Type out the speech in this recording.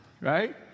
right